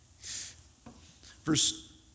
Verse